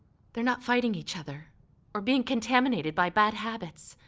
they're not fighting each other or being contaminated by bad habits.